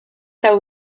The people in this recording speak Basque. hau